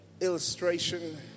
illustration